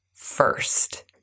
First